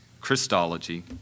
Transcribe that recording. Christology